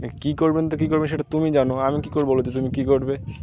কী করবেন তো কী করবেন সেটা তুমি জানো আমি কী করবো বলতে তুমি কী করবে